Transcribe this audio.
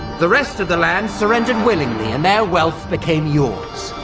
the rest of the land surrendered willingly, and their wealth became yours.